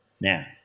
Now